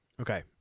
Okay